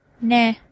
nah